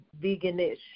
vegan-ish